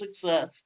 success